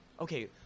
okay